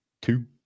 two